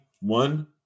one